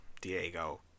Diego